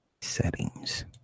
Settings